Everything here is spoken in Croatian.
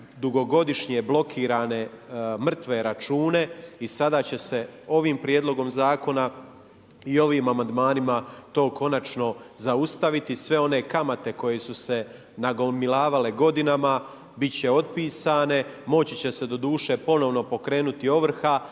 dugogodišnje blokirane mrtve račune. I sada će se ovim prijedlogom zakona i ovim amandmanima to konačno zaustaviti. Sve one kamate koje su se nagomilavale godinama bit će otpisane. Moći će se doduše ponovno pokrenuti ovrha,